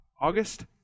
August